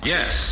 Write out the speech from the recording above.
Yes